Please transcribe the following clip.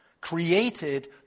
created